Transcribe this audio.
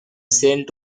sent